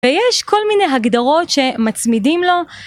ויש כל מיני הגדרות שמצמידים לו.